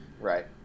right